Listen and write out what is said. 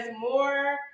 more